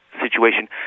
situation